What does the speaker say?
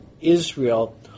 Israel